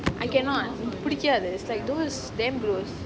I cannot பிடிக்காது:pidikaathu it's like those damn gross